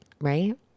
Right